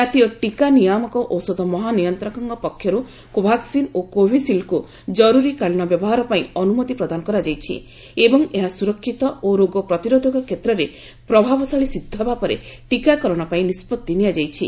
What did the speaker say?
କାତୀୟ ଟୀକା ନିୟାମକ ଔଷଧ ମହାନିୟନ୍ତକଙ୍କ ପକ୍ଷରୁ କୋଭାକ୍ଟିନ୍ ଓ କୋଭିସିଲ୍ଡ୍କୁ ଜରୁରୀକାଳୀନ ବ୍ୟବହାର ପାଇଁ ଅନୁମତି ପ୍ରଦାନ କରାଯାଇଛି ଏବଂ ଏହା ସୁରକ୍ଷିତ ଓ ରୋଗ ପ୍ରତିରୋଧକ କ୍ଷେତ୍ରରେ ପ୍ରଭାବଶାଳୀ ସିଦ୍ଧ ହେବା ପରେ ଟୀକାକରଣପାଇଁ ନିଷ୍ପଭି ନିଆଯାଇଛି